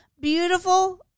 beautiful